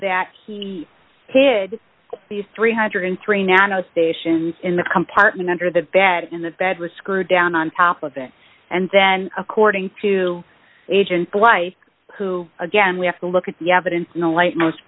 that he did these three hundred and three dollars nano stations in the compartment under the bed in the bed was screwed down on top of it and then according to age and life who again we have to look at the evidence in the light most